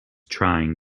trying